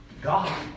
God